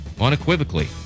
Unequivocally